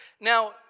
Now